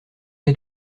des